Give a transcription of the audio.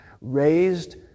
raised